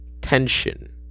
tension